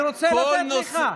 בסדר, יואב, אני רוצה לתת לך.